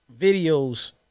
videos